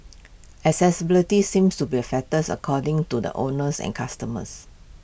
accessibility seems to be A factors according to the owners and customers